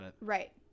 Right